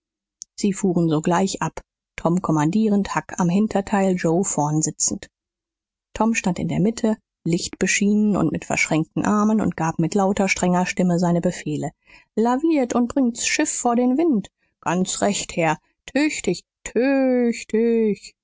sie fuhren sogleich ab tom kommandierend huck am hinterteil joe vorn sitzend tom stand in der mitte lichtbeschienen und mit verschränkten armen und gab mit lauter strenger stimme seine befehle laviert und bringt's schiff vor den wind ganz recht herr tüchtig